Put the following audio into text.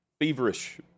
feverish